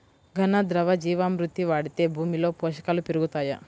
ఘన, ద్రవ జీవా మృతి వాడితే భూమిలో పోషకాలు పెరుగుతాయా?